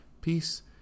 Peace